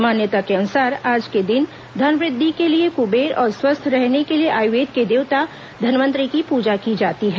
मान्यता के अनुसार आज के दिन धन वृद्धि के लिए कबेर और स्वस्थ रहने के लिए आयुर्वेद के देवता धनवंतरी की पूजा की जाती है